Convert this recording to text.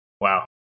Wow